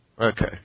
Okay